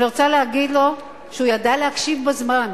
אני רוצה להגיד לו שהוא ידע להקשיב בזמן.